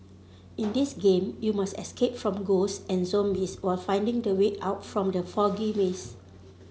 in this game you must escape from ghosts and zombies while finding the way out from the foggy maze